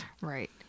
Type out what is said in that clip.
Right